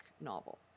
novel